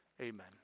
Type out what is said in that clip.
amen